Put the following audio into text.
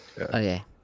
okay